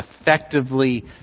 effectively